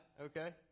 okay